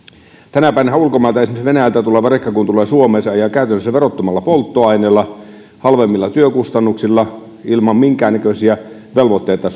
tänä päivänähän kun ulkomailta esimerkiksi venäjältä tuleva rekka tulee suomeen se ajaa käytännössä verottomalla polttoaineella halvemmilla työkustannuksilla ilman minkäännäköisiä velvoitteita